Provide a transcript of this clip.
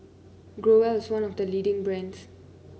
growell is one of the leading brands